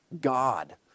God